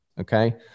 Okay